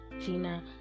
Tina